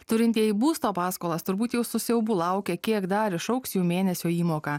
turintieji būsto paskolas turbūt jau su siaubu laukia kiek dar išaugs jų mėnesio įmoka